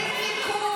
אתם מעודדים ניכור,